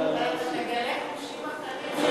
אבל אתה מגלה חושים אחרים.